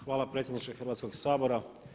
Hvala predsjedniče Hrvatskog sabora.